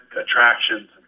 attractions